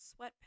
sweatpants